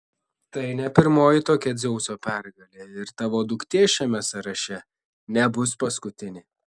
tai ne pirmoji tokia dzeuso pergalė ir tavo duktė šiame sąraše nebus paskutinė